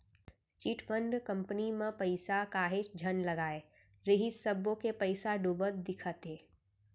chit fund company म पइसा काहेच झन लगाय रिहिस सब्बो के पइसा डूबत दिखत हे